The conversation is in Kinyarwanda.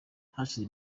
hashize